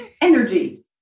energy